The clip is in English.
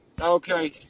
okay